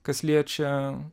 kas liečia